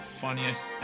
funniest